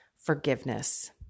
Forgiveness